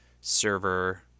server